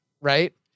right